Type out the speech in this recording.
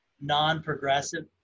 non-progressive